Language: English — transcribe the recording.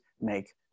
make